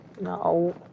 No